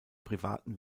privaten